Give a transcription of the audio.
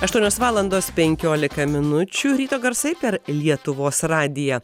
aštuonios valandos penkiolika minučių ryto garsai per lietuvos radiją